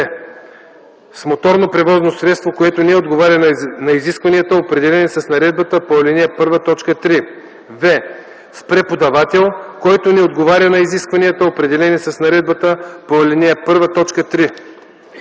с моторно превозно средство, което не отговаря на изискванията, определени с наредбата по ал. 1, т. 3; в) с преподавател, който не отговаря на изискванията, определени с наредбата по ал. 1,